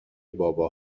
بابا